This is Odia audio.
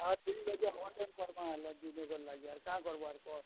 ହଁ ଠିକ୍ ଅଛେ ଓଭର୍ ଟାଇମ୍ କର୍ମା ହେଲେ ଦୁଇ ଦିନ୍ ଲାଗ୍ବା କାଁ କର୍ବୁ ଆର୍ କହ